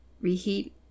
Reheat